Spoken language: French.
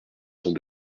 sont